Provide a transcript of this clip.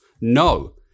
No